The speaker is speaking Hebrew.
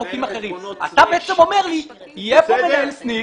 אתה בעצם אומר לי שיהיה כאן מנהל סניף